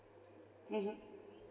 mmhmm